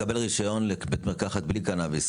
לקבל רישיון לבית מרקחת בלי קנביס,